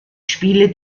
spiele